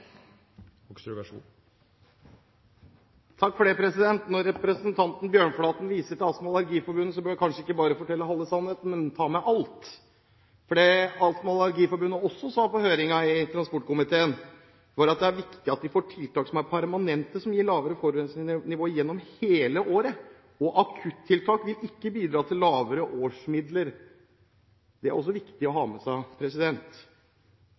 Når representanten Bjørnflaten viser til Astma- og Allergiforbundet, bør hun kanskje ikke bare fortelle halve sannheten, men ta med alt. For det Astma- og Allergiforbundet også sa på høringen i transportkomiteen, var at det er viktig at de får permanente tiltak som gir lavere forurensingsnivå gjennom hele året. Akuttiltak vil ikke bidra til lavere årsmidler. Det er det også viktig å ha med seg.